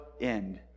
end